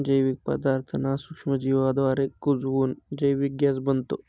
जैविक पदार्थांना सूक्ष्मजीवांद्वारे कुजवून जैविक गॅस बनतो